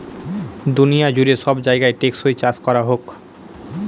দুনিয়া জুড়ে সব জায়গায় টেকসই চাষ করা হোক